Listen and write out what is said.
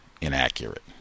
inaccurate